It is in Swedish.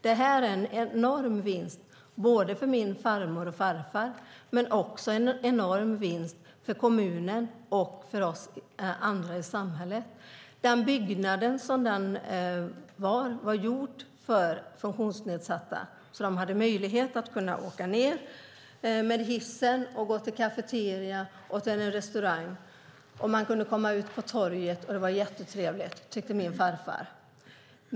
Det var en enorm vinst för både farmor och farfar, och det var en enorm vinst för kommunen, för oss anhöriga och för samhället. Byggnaden där lägenheten fanns var byggd för funktionsnedsatta. De hade möjlighet att åka ned med hissen, gå till kafeterian och restaurangen. De kunde komma ut på torget. Det var trevligt tyckte min farfar.